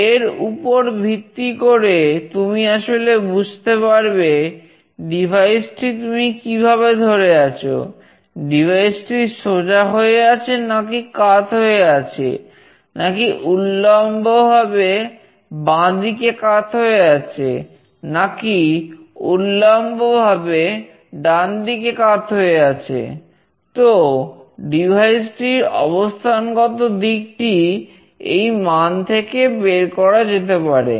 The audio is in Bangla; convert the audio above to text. এর উপর ভিত্তি করে তুমি আসলে বুঝতে পারবে ডিভাইস টির অবস্থানগত দিকটি এই মান থেকে বের করা যেতে পারে